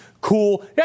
cool